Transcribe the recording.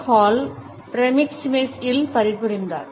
hall ப்ரெக்ஸிமிக்ஸ் இல் பணிபுரிந்தார்